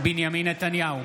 בנימין נתניהו,